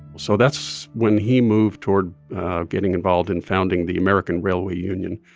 so that's when he moved toward getting involved in founding the american railway union,